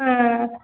മ്മ്